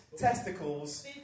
testicles